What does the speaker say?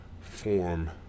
form